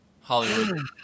Hollywood